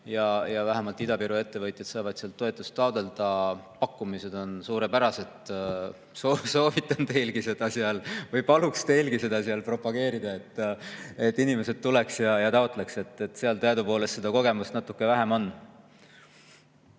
ja vähemalt Ida-Viru ettevõtjad saavad sealt toetust taotleda. Pakkumised on suurepärased. Soovitan (Naerab.) või paluks teilgi seda seal propageerida, et inimesed tuleks ja taotleks. Seal teadupoolest on seda kogemust natuke vähem.